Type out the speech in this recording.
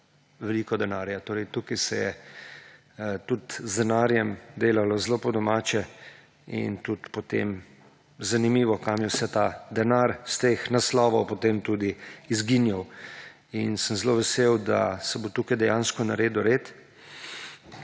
veliko denarja. Torej se je tudi z denarjem delalo zelo po domače in tudi je zanimivo, kam je ta denar s tega naslovov potem tudi izginjal. Zelo sem vesel, da se bo tukaj dejansko naredil red